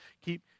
Keep